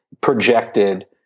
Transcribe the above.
projected